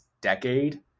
decade